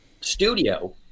studio